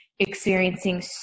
experiencing